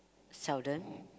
seldom